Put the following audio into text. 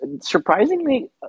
surprisingly